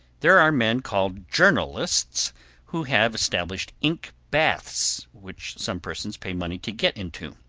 there are men called journalists who have established ink baths which some persons pay money to get into,